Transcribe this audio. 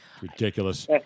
Ridiculous